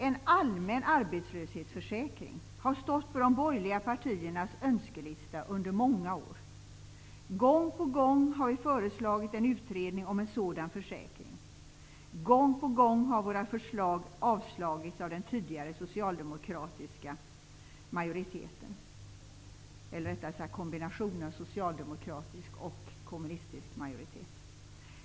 En allmän arbetslöshetsförsäkring har funnits med på de borgerliga partiernas önskelista under många år. Gång på gång har vi föreslagit en utredning om en sådan försäkring. Gång på gång har våra förslag avslagits av den tidigare majoriteten bestående av en kombination av socialdemokrater och kommunister.